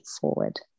forward